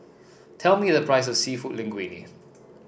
tell me the price of seafood Linguine